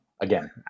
again